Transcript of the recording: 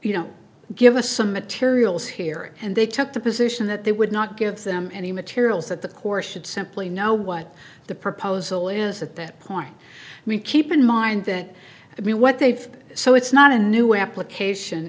you know give us some materials here and they took the position that they would not give them any materials that the core should simply know what the proposal is at that point we keep in mind that i mean what they've so it's not a new application